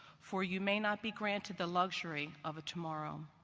for you may not be granted the luxury of a tomorrow.